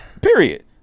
period